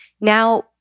now